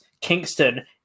Kingston